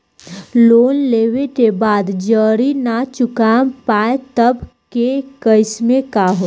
Loan लेवे के बाद जड़ी ना चुका पाएं तब के केसमे का होई?